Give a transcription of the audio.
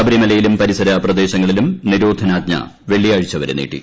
ശബരിമലയിലും പരിസര പ്രദേശങ്ങളിലും നിരോധനാജ്ഞ വെള്ളിയാഴ്ച വരെ നീട്ടി